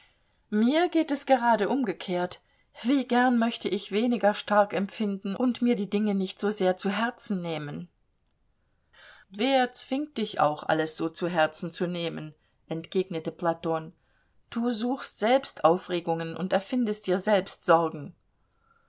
mir geht es gerade umgekehrt wie gern möchte ich weniger stark empfinden und mir die dinge nicht so sehr zu herzen nehmen wer zwingt dich auch alles so zu herzen zu nehmen entgegnete platon du suchst selbst aufregungen und erfindest dir selbst sorgen